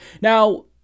Now